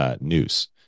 news